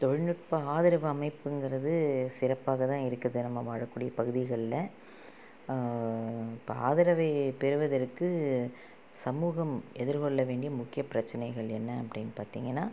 தொழில்நுட்ப ஆதரவு அமைப்புங்கிறது சிறப்பாக தான் இருக்குது நம்ம வாழக்கூடிய பகுதிகளில் இப்போ ஆதரவை பெறுவதற்கு சமூகம் எதிர்கொள்ள வேண்டிய முக்கிய பிரச்சனைகள் என்ன அப்படின்னு பார்த்திங்கனா